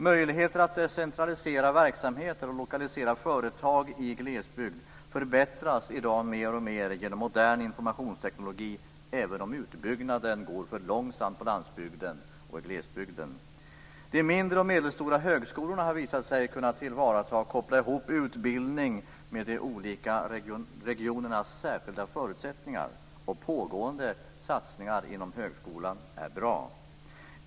Möjligheterna att decentralisera verksamheter och lokalisera företag i glesbygd förbättras i dag mer och mer genom modern informationsteknik, även om utbyggnaden går för långsamt på landsbygden och i glesbygden. De mindre och medelstora högskolorna har visat sig kunna anpassa utbildningen till de olika regionernas särskilda förutsättningar, och det pågår goda satsningar inom högskolan.